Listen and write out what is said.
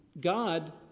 God